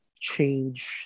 change